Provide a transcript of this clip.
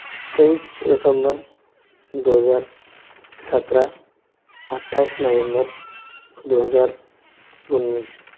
तेईस दिसम्बर दो हज़ार सत्रह अठाईस नवम्बर दो हज़ार उन्नीस